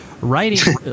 writing